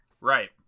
Right